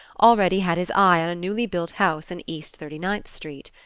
already had his eye on a newly built house in east thirty-ninth street.